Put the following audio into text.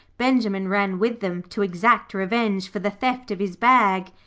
benjimen ran with them to exact revenge for the theft of his bag.